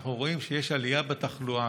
כשאנחנו רואים שיש עלייה בתחלואה,